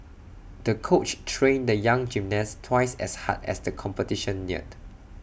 the coach trained the young gymnast twice as hard as the competition neared